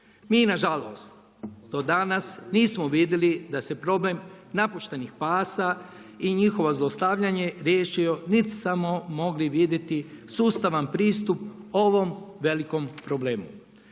Mi nažalost do danas nismo vidjeli da se problem napuštenih pasa i njihovo zlostavljanje riješilo niti smo mogli vidjeti sustavan pristup ovom velikom problemu.